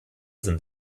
sind